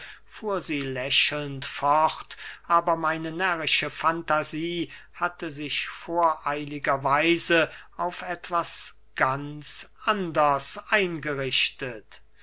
fuhr sie lächelnd fort aber meine närrische fantasie hatte sich voreiliger weise auf etwas ganz anders eingerichtet